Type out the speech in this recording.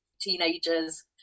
teenagers